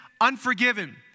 unforgiven